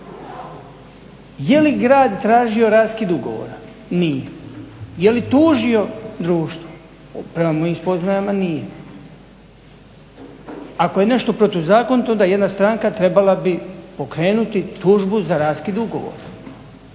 Je li grad tražio raskid ugovora? Nije. Je li tužio društvo? Prema mojim spoznajama nije. Ako je nešto protuzakonito onda jedna stranka trebala bi pokrenuti tužbu za raskid ugovora,